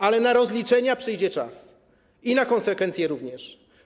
Ale na rozliczenia przyjdzie czas, na konsekwencje również.